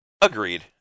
Agreed